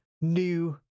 new